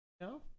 No